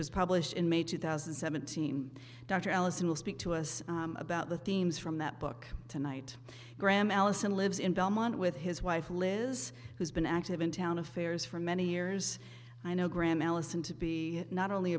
was published in may two thousand and seventeen dr allison will speak to us about the themes from that book tonight graham allison lives in belmont with his wife liz who's been active in town affairs for many years i know graham allison to be not only